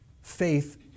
Faith